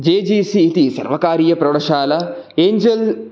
जे G C इति सर्वकारीयप्रौढशाला Angel